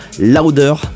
Louder